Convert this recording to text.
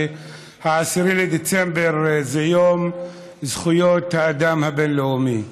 10 בדצמבר זה יום זכויות האדם הבין-לאומי,